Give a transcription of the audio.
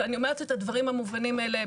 ואני אומרת את הדברים המובנים האלה,